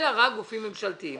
אלא רק גופים ממשלתיים.